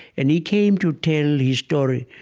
and he came to tell his story.